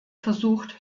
versucht